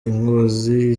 inkozi